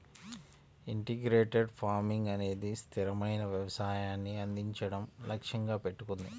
integrated farming అనేది స్థిరమైన వ్యవసాయాన్ని అందించడం లక్ష్యంగా పెట్టుకుంది